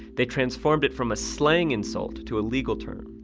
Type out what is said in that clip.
they transformed it from a slang insult to a legal term.